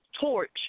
torch